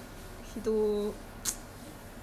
as a friend lah ah as a person uh